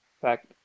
fact